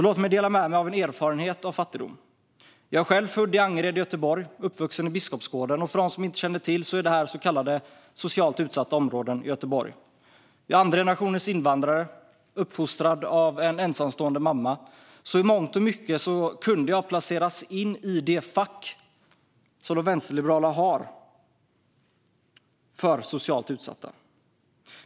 Låt mig dela med mig av min erfarenhet av fattigdom. Jag är själv född i Angered i Göteborg, och är uppvuxen i Biskopsgården. För dem som inte känner till Göteborg kan jag säga att det är så kallade socialt utsatta områden. Jag är andra generationens invandrare, uppfostrad av en ensamstående mamma. I mångt och mycket skulle jag alltså kunna placeras i de vänsterliberalas fack för socialt utsatta.